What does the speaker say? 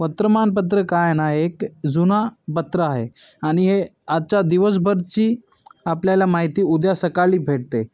वर्तमानपत्र काय ना एक जुना पत्र आहे आणि हे आजच्या दिवसभरची आपल्याला माहिती उद्या सकाळी भेटते